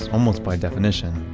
almost by definition,